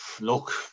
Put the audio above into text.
look